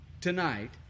tonight